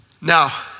Now